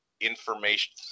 information